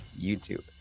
YouTube